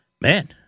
man